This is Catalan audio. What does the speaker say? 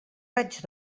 raig